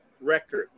record